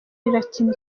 irakira